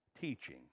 teaching